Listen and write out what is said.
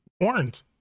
warned